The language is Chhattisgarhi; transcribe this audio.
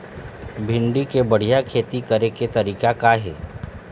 भिंडी के बढ़िया खेती करे के तरीका का हे?